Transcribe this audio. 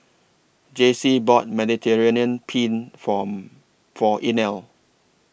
Jacey bought Mediterranean Penne For For Inell